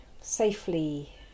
safely